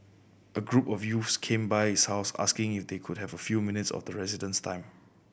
a group of youth came by his house asking if they could have a few minutes of the resident's time